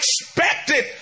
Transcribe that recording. expected